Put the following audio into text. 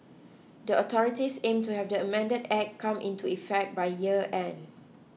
the authorities aim to have the amended Act come into effect by year end